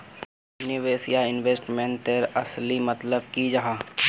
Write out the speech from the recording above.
निवेश या इन्वेस्टमेंट तेर असली मतलब की जाहा?